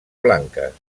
blanques